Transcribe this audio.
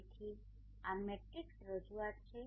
તેથી આ મેટ્રિક્સ રજૂઆત છે